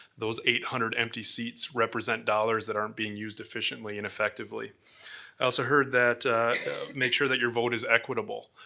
those eight hundred empty seats represent dollars that aren't being used efficiently and effectively. i also heard that make sure that your vote is equitable.